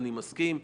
אני מסכים.